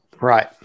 Right